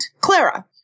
Clara